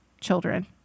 children